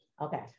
Okay